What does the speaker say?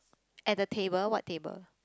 at the table what table